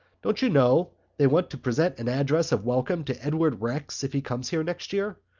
don't you know they want to present an address of welcome to edward rex if he comes here next year?